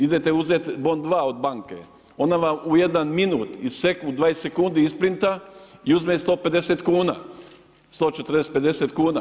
Idete uzeti bon 2 od banke, ona vam u jedan minut, sekunda, 20 sekunda isprinta i uzme 150 kuna, 140, 150 kuna.